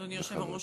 אדוני היושב-ראש,